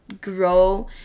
grow